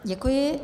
Děkuji.